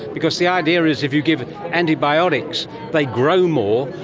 because the idea is if you give antibiotics they grow more,